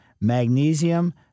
magnesium